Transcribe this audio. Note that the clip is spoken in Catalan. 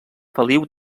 feliu